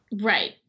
Right